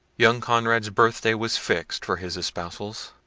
young conrad's birthday was fixed for his espousals.